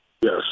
Yes